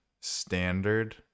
standard